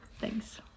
Thanks